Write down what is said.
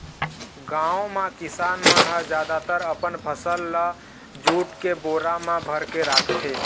गाँव म किसान मन ह जादातर अपन फसल ल जूट के बोरा म भरके राखथे